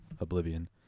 oblivion